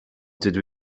dydw